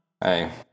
Hey